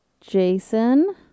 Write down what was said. jason